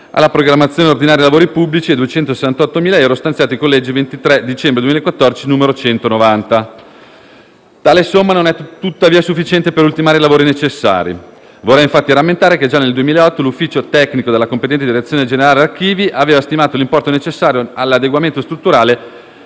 alla programmazione ordinaria dei lavori pubblici e 268.000 euro stanziati con legge 23 dicembre 2014, n. 190. Tale somma non è tuttavia sufficiente per ultimare i lavori necessari. Vorrei infatti rammentare che già nel 2008 l'ufficio tecnico della competente Direzione generale archivi aveva stimato l'importo necessario all'adeguamento strutturale